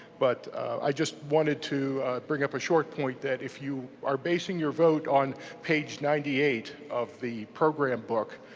but i just wanted to bring up a short point that if you are basing your votes on page ninety eight of the program book,